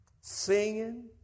singing